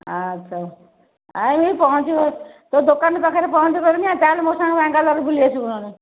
ଆଚ୍ଛା ଆଉ ପହଞ୍ଚିବ ତୁ ଦୋକାନ ପାଖରେ ପହଞ୍ଚି ପାରିବନି ଚାଲେ ମୋ ସାଙ୍ଗରେ ବାଙ୍ଗାଲୋର୍ ବୁଲି ଆସିବୁ ନହେଲେ